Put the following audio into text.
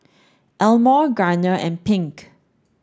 Elmore Garner and Pink